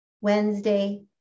Wednesday